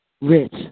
rich